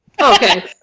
Okay